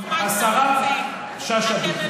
השרה שאשא ביטון, אתה יכול לספר מה שאתה רוצה.